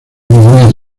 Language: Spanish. muy